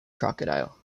crocodile